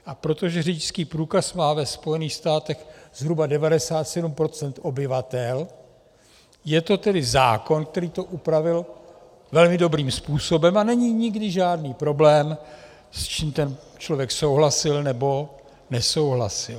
A protože řidičský průkaz má ve Spojených státech zhruba 97 % obyvatel, je to tedy zákon, který to upravil velmi dobrým způsobem, a není nikdy žádný problém, s čím ten člověk souhlasil, nebo nesouhlasil.